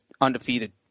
undefeated